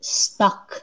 stuck